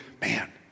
man